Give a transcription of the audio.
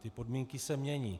Ty podmínky se mění.